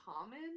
common